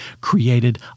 created